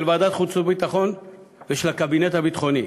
של ועדת החוץ והביטחון ושל הקבינט הביטחוני,